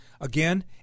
Again